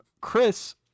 Chris